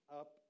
up